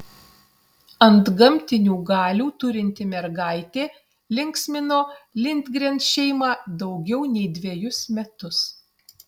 antgamtinių galių turinti mergaitė linksmino lindgren šeimą daugiau nei dvejus metus